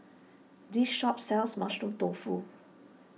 this shop sells Mushroom Tofu